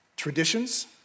traditions